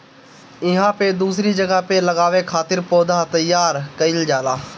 इहां पे दूसरी जगह पे लगावे खातिर पौधा तईयार कईल जाला